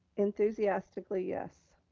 enthusiastically yes.